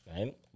right